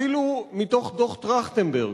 אפילו מתוך דוח-טרכטנברג,